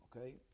okay